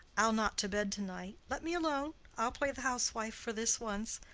i'll not to bed to-night let me alone. i'll play the housewife for this once.